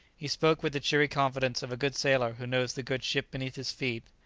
he spoke with the cheery confidence of a good sailor who knows the good ship beneath his feet.